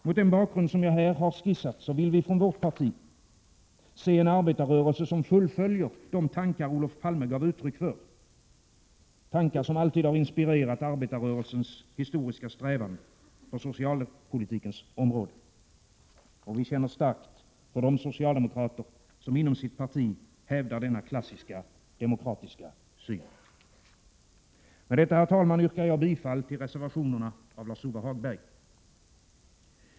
Mot den bakgrund som jag här har skisserat vill vi från vårt parti se en arbetarrörelse som fullföljer de tankar Olof Palme gav uttryck för, tankar som alltid har inspirerat arbetarrörelsens historiska strävan på socialpolitikens område. Vi känner starkt för de socialdemokrater som inom sitt parti hävdar denna klassiska demokratiska syn. Med detta, herr talman, yrkar jag bifall till reservationerna av Lars-Ove Hagberg.